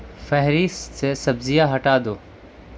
فہرست سے سبزیاں ہٹا دو